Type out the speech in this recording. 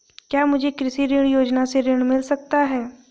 क्या मुझे कृषि ऋण योजना से ऋण मिल सकता है?